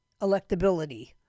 electability